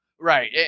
Right